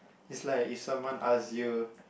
is like if someone ask you